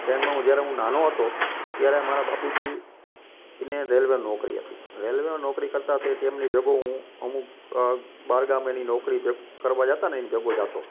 ટ્રેનમાં હું જ્યારે હું નાનો હતો ત્યારે મારા બાપુજી એમને રેલવે નોકરી હતી રેલવેમાં નોકરી કરતા તે તેમની ભેગો હું અમુક બહારગામ એની નોકરી કરવા જતાને એની ભેગો હું જતો